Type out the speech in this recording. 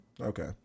Okay